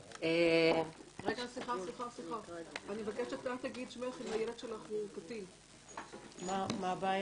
שיהיה חלק מהחברה,